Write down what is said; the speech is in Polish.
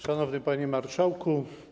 Szanowny Panie Marszałku!